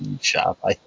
shop